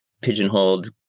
pigeonholed